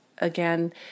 again